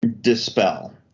Dispel